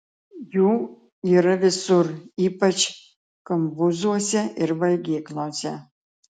jų yra visur ypač kambuzuose ir valgyklose